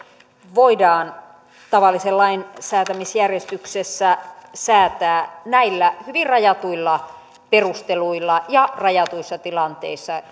voidaan tavallisen lain säätämisjärjestyksessä säätää näillä hyvin rajatuilla perusteluilla ja rajatuissa tilanteissa